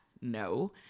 No